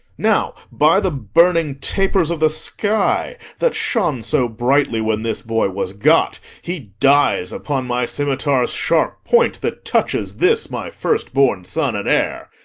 now, by the burning tapers of the sky that shone so brightly when this boy was got, he dies upon my scimitar's sharp point that touches this my first-born son and heir.